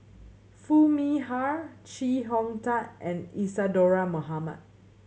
Foo Mee Har Chee Hong Tat and Isadhora Mohamed